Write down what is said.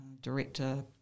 director